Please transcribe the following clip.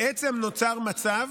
בעצם נוצר מצב